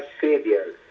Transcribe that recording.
Savior